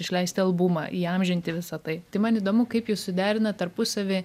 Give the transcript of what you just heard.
išleisti albumą įamžinti visa tai tai man įdomu kaip jūs suderinat tarpusavy